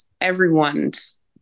everyone's